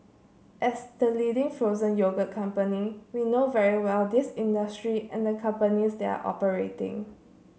as the leading frozen yogurt company we know very well this industry and the companies they are operating